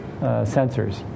sensors